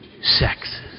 sexes